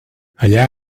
allà